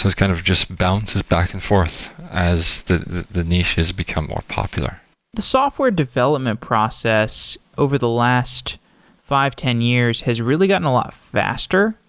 kind of just bounces back and forth as the the niches become more popular the software development process over the last five ten years has really gotten a lot faster,